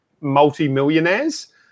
multi-millionaires